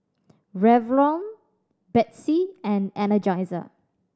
Revlon Betsy and Energizer